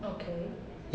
okay